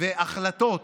והחלטות